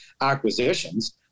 acquisitions